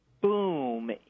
boom